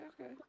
okay